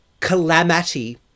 Calamity